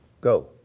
go